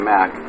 Mac